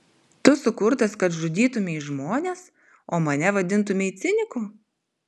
tu sukurtas kad žudytumei žmones o mane vadintumei ciniku